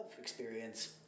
experience